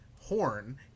Horn